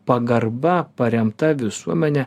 pagarba paremta visuomene